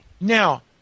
Now